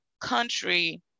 country